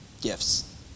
gifts